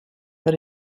that